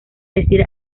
decir